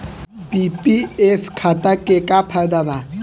PPF खाता के का फायदा बा?